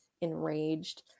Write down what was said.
enraged